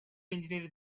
engineered